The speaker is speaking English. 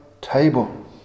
table